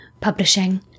publishing